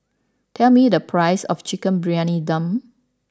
tell me the price of Chicken Briyani Dum